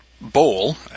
bowl